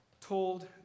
told